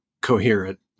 coherent